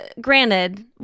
granted